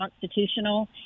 constitutional